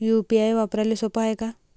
UPI वापराले सोप हाय का?